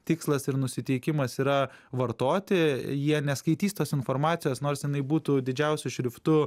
tikslas ir nusiteikimas yra vartoti jie neskaitys tos informacijos nors jinai būtų didžiausiu šriftu